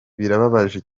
birababaje